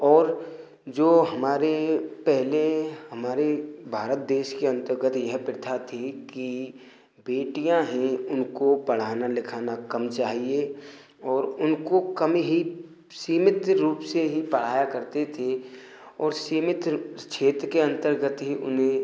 और जो हमारे पहले हमारे भारत देश के अन्तर्गत यह प्रथा थी कि बेटियाँ हैं उनको पढ़ाना लिखाना कम चाहिए और उनको कम ही सीमित रूप से ही पढ़ाया करते थे और सीमित क्षेत्र के अन्तर्गत ही उन्हें